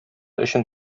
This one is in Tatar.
өчен